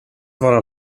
vara